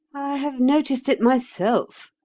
have noticed it myself,